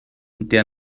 der